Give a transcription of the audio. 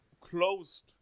closed